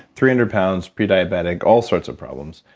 three hundred pounds, pre-diabetic, all sorts of problems.